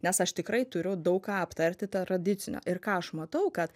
nes aš tikrai turiu daug ką aptarti tradicinio ir ką aš matau kad